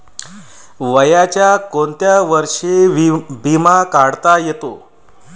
वयाच्या कोंत्या वर्षी बिमा काढता येते?